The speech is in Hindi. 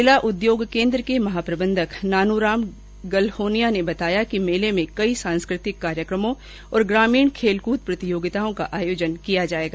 जिला उद्योग केन्द्र के महाप्रबंधक नानुराम गहलोनिया ने बताया कि मेले में कई सांस्कृतिक कार्यक्रमों और ग्रामीण खेलकृद प्रतियोगिताओं का आयोजन किया जायेगा